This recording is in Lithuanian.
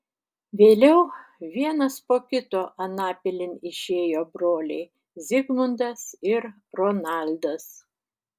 vėliau vienas po kito anapilin išėjo broliai zigmundas ir ronaldas